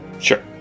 Sure